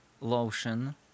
lotion